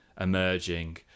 emerging